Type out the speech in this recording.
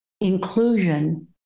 inclusion